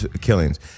killings